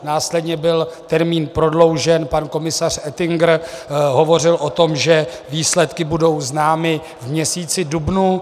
Následně byl termín prodloužen, pan komisař Oettinger hovořil o tom, že výsledky budou známy v měsíci dubnu.